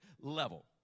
level